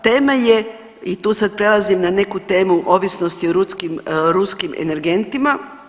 Tema je i tu sad prelazim na neku temu ovisnosti o ruskim energentima.